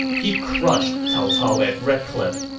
he crushed cao cao at red cliff,